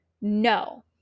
No